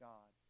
God